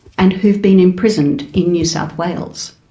and who've been imprisoned in new south wales.